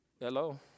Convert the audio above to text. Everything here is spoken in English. Hello